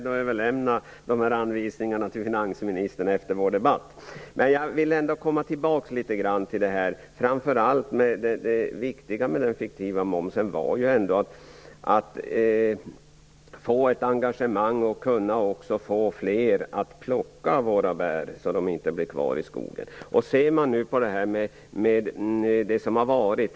Jag är emellertid beredd att efter vår debatt överlämna dessa anvisningar till finansministern. Det viktiga med den fiktiva momsen var ändå att man därigenom kunde få ett engagemang och få fler att plocka våra bär, så att de inte blev kvar i skogen.